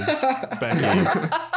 Becky